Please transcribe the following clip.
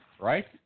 Right